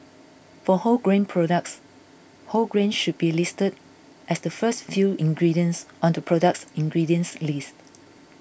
for wholegrain products whole grain should be listed as the first few ingredients on the product's ingredients list